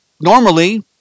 normally